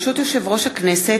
ברשות יושב-ראש הכנסת,